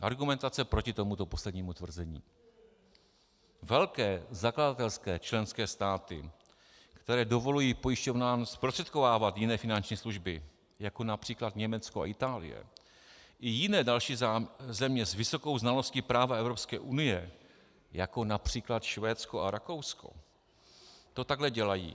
Argumentace proti tomuto poslednímu tvrzení: Velké zakladatelské členské státy, které dovolují pojišťovnám zprostředkovávat jiné finanční služby, jako například Německo a Itálie, i jiné další země s vysokou znalostí práva Evropské unie, jako například Švédsko a Rakousko, to takhle dělají.